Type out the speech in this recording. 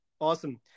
Awesome